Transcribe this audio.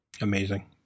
Amazing